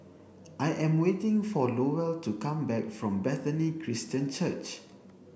I am waiting for Lowell to come back from Bethany Christian Church